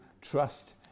trust